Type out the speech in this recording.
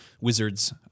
wizards